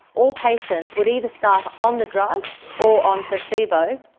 all patients would either start on the drug or on placebo,